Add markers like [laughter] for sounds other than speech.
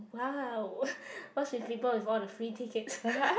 !wow! what's with people with all the free tickets [laughs]